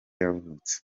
yavutse